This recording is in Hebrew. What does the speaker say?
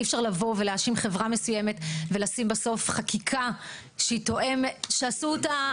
אי אפשר לבוא ולהאשים חברה מסוימת ולשים בסוף חקיקה שעשו אותה,